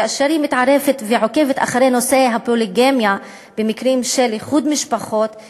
כאשר היא מתערבת ועוקבת אחרי נושא הפוליגמיה במקרים של איחוד משפחות,